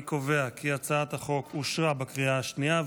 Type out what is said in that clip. אני קובע כי הצעת החוק אושרה בקריאה השנייה.